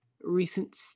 recent